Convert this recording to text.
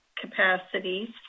capacities